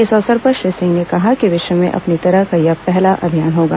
इस अवेसर पर श्री सिंह ने कहा कि विश्व में अपनी तरह का यह पहला अभियान होगा